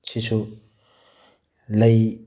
ꯁꯤꯁꯨ ꯂꯩ